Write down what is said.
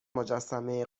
مجسمه